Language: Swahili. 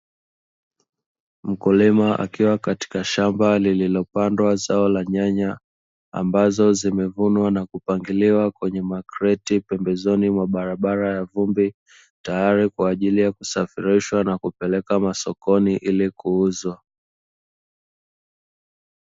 Mkulima akiwa katika shamba lililopandwa zao la nyanya ambalo limevunwa na kupangiliwa kwenye makreti yaliyopo pembezoni mwa barabara ya vumbi, tayari kwa ajili kusafirishwa na kupeleka masokoni ili kuuzwa.